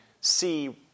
see